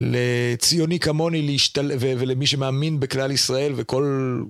לציוני כמוני ולמי שמאמין בכלל ישראל וכל...